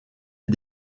est